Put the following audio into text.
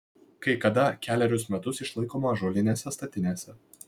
kai kada kelerius metus išlaikoma ąžuolinėse statinėse